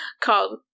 called